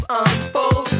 unfold